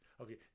Okay